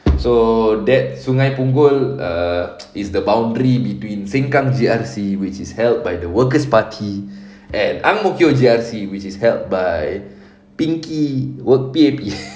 so that sungai punggol err is the boundary between sengkang G_R_C which is held by the workers' party and ang mo kio G_R_C which is held by pinky work P_A_P